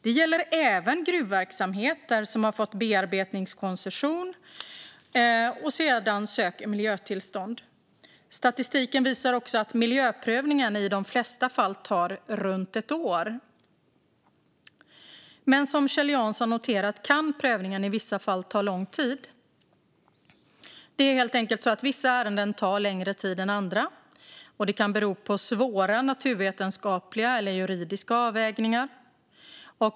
Det gäller även gruvverksamheter som fått bearbetningskoncession och sedan söker miljötillstånd. Statistiken visar också att miljöprövningen i de flesta fall tar runt ett år. Men som Kjell Jansson noterat kan prövningen i vissa fall ta lång tid. Vissa ärenden tar helt enkelt längre tid än andra, och det kan bero på svåra naturvetenskapliga eller juridiska avvägningar.